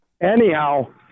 Anyhow